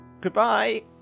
Goodbye